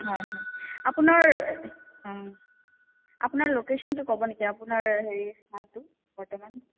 হয় হয় আপোনাৰ আপোনাৰ লোকেচনটো ক'ব নেকি আপোনাৰ হেৰি স্থানটো বৰ্তমান